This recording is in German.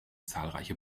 zahlreiche